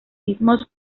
mismos